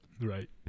right